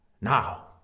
Now